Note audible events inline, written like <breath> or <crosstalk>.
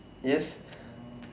yes <breath>